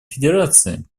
федерации